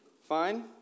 Fine